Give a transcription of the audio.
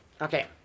Okay